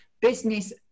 business